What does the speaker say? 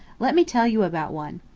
let me tell you about one.